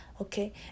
Okay